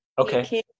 Okay